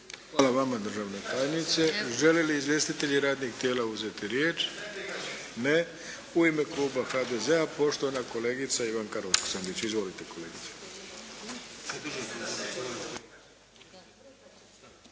Hvala vama državna tajnice. Žele li izvjestitelji radnih tijela uzeti riječ? Ne. U ime kluba HDZ-a, poštovana kolegica Ivanka Roksandić. Izvolite kolegice.